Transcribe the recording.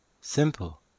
Simple